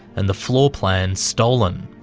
and the floor plans stolen.